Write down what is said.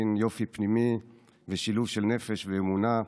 מין יופי פנימי ושילוב של נפש ואמונה,